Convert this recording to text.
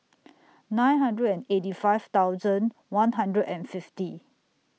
nine hundred and eighty five thousand one hundred and fifty